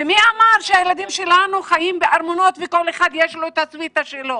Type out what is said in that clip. ומי אמר שהילדים שלנו חיים בארמונות ולכל אחד יש את הסוויטה שלו?